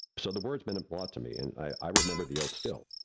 so, the words meant a lot to me. and i remember the oath still,